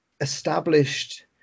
established